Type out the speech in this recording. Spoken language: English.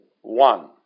One